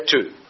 two